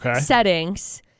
settings